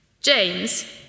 James